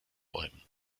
bäumen